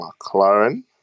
McLaren